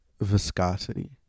viscosity